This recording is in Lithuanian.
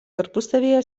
tarpusavyje